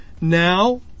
now